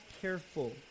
careful